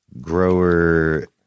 grower